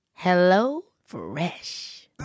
HelloFresh